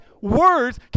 words